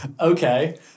Okay